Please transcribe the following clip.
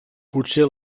potser